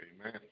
amen